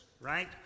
right